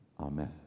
Amen